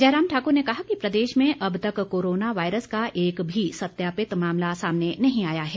जयराम ठाकुर ने कहा कि प्रदेश में अब तक कोरोना वायरस का एक भी सत्यापित मामला सामने नहीं आया है